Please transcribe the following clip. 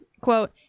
Quote